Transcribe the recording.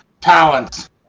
talents